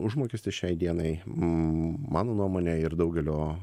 užmokestis šiai dienai mano nuomone ir daugelio